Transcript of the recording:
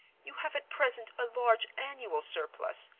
you have at present a large annual surplus,